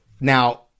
Now